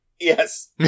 Yes